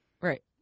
right